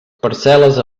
parcel·les